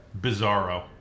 Bizarro